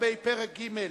פרק ג',